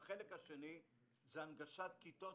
החלק השני הוא הנגשת כיתות